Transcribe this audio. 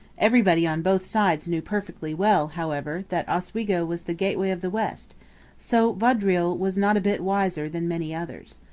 everybody on both sides knew perfectly well, however, that oswego was the gateway of the west so vaudreuil was not a bit wiser than many others.